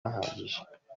ahagije